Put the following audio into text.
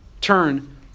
turn